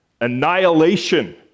Annihilation